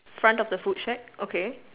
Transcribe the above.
front of the food shack okay